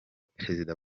perezida